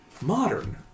modern